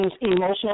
emotional